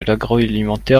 l’agroalimentaire